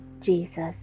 Jesus